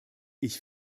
ich